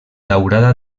daurada